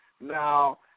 Now